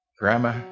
grandma